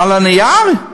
על הנייר?